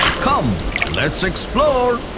come let's explore!